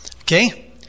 Okay